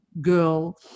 girl